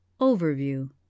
Overview